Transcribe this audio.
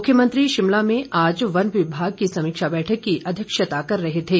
मुख्यमंत्री शिमला में आज वन विभाग की समीक्षा बैठक की अध्यक्षता कर रहे थे